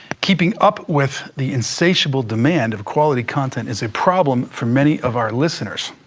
keeping up with the insatiable demand of quality content is a problem for many of our listeners.